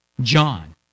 John